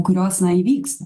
kurios na įvyks